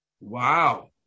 wow